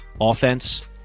offense